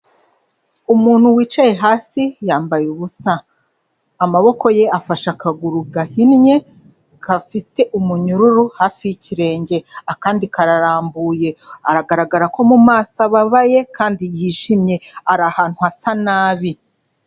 Umuntu wicaye hasi yambaye ubusa, amaboko ye afashe akaguru gahinnye gafite umunyururu hafi y'ikirenge, akandi kararambuye aragaragara ko mu maso ababaye kandi yishimye, ari ahantu hasa nabi.